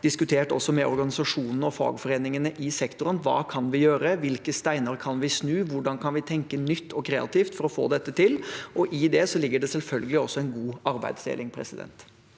diskutert, også med organisasjonene og fagforeningene i sektoren: Hva kan vi gjøre? Hvilke steiner kan vi snu? Hvordan kan vi tenke nytt og kreativt for å få dette til? I det ligger det selvfølgelig også en god arbeidsdeling.